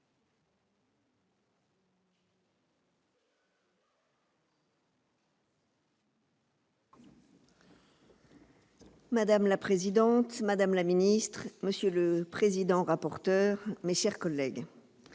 Madame la présidente, madame la ministre, monsieur le président-rapporteur, mes chers collègues,